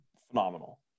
phenomenal